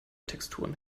texturen